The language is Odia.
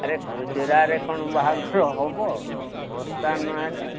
ଆରେ ଖୁଚୁରାରେ କ'ଣ ବାହାଘର ହେବ ବସ୍ତା ନହେଲେ